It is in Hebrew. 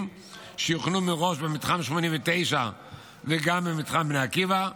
שיוכנו מראש במתחם 89 וגם במתחם בני עקיבא.